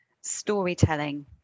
storytelling